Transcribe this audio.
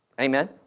Amen